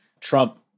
Trump